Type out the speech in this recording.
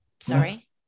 sorry